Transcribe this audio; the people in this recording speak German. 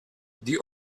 die